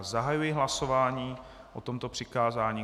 Zahajuji hlasování o tomto přikázání.